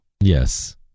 Yes